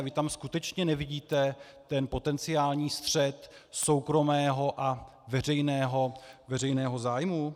Vy tam skutečně nevidíte ten potenciální střet soukromého a veřejného zájmu?